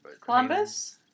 Columbus